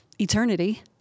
eternity